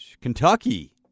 Kentucky